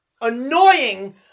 annoying